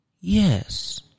Yes